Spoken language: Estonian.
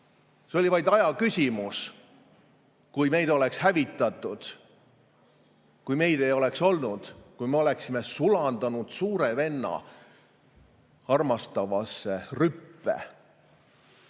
See oli vaid aja küsimus, kui meid oleks hävitatud, kui meid ei oleks olnud, kui oleksime sulandunud suure venna armastavasse rüppe. Õnneks